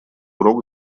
урок